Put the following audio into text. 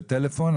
בטלפון?